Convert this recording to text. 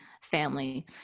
family